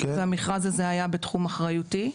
והמכרז הזה היה בתחום אחריותי.